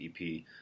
ep